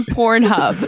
Pornhub